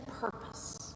purpose